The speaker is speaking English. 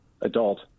adult